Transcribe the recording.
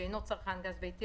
שאינו צרכן גז ביתי,